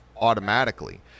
automatically